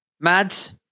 Mads